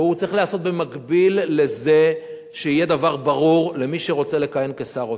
והוא צריך להיעשות במקביל לזה שיהיה דבר ברור למי שרוצה לכהן כשר האוצר: